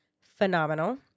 Phenomenal